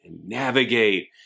navigate